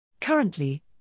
Currently